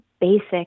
basic